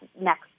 next